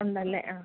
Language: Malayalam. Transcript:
ഉണ്ട് അല്ലേ ആ